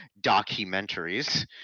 documentaries